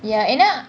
ya and then